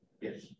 Yes